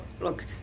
look